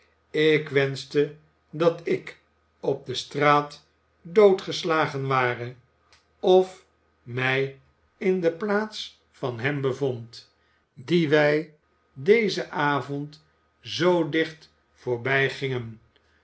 ik wenschte dat ik op de straat doodgeslagen ware of mij in de plaats van hem bevond dien wij dezen avond zoo dicht